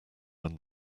when